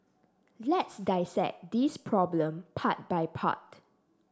let's dissect this problem part by part